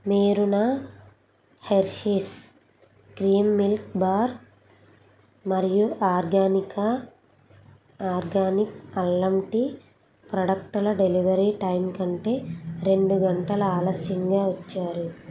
మీరు నా Hershey's cream milk bar మరియు ఆర్గానిక్ ఆర్గానిక్ అల్లం టీ ప్రొడక్టుల డెలివరీ టైం కంటే రెండు గంటలు ఆలస్యంగా వచ్చారు